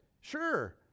sure